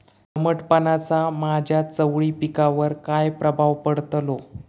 दमटपणाचा माझ्या चवळी पिकावर काय प्रभाव पडतलो?